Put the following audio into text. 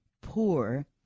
poor